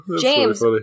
James